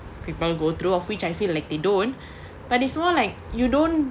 people go through of which I feel like they don't but it's more like you don't